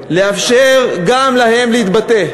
לאפשר גם להם להתבטא.